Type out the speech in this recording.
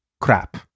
crap